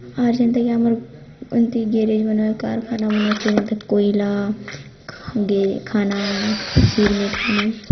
ଆର୍ ଯେନ୍ତାକି ଆମର୍ ଏନ୍ତି ଗେରେଜ୍ମନେ କାର୍ଖାନାମନେ ଅଛେ ଯେନ୍ତା କୋଇଲା ଖାନା ସିର୍ମିଟ୍ ଖାନା